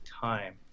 time